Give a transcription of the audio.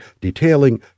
detailing